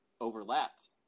overlapped